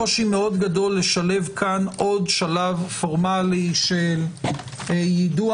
לשלב כאן עוד שלב פורמלי של יידוע